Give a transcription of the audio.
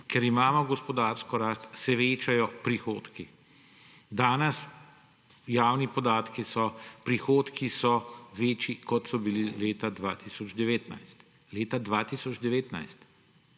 Ker imamo gospodarsko rast, se večajo prihodki. Danes javni podatki so: prihodki so večji, kot so bili leta 2019 – leta 2019!